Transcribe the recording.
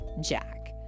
Jack